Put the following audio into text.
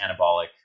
anabolic